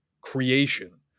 creation